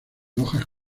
hojas